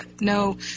no